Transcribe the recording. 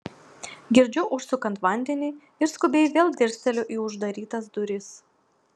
girdžiu užsukant vandenį ir skubiai vėl dirsteliu į uždarytas duris